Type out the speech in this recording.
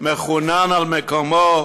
מכונן על מקומו